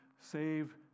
Save